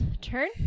turn